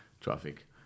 Traffic